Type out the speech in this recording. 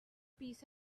peace